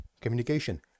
communication